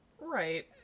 Right